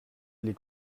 des